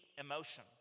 emotion